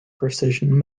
precision